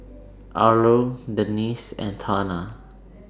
Arlo Denisse and Tana